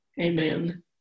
Amen